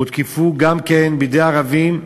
הותקפו גם כן בידי ערבים באלות,